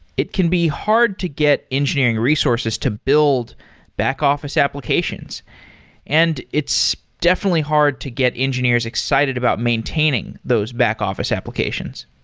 it can be hard to get engineering resources to build back-office applications and it's definitely hard to get engineers excited about maintaining those back-office applications.